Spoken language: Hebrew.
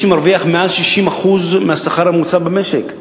שמרוויח מעל 60% מהשכר הממוצע במשק.